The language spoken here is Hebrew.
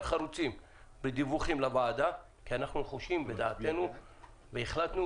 חרוצים בדיווחים לוועדה כי אנחנו נחושים בדעתנו והחלטנו